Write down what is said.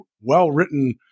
well-written